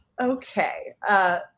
Okay